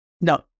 No